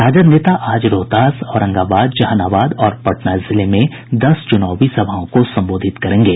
राजद नेता आज रोहतास औरंगाबाद जहानाबाद और पटना जिले में दस चुनावी सभाओं को संबोधित करेंगे